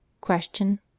Question